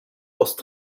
ost